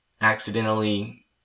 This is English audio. accidentally